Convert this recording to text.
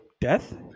Death